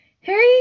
Harry